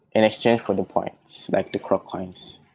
in exchange for the points, like the croccoins.